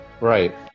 Right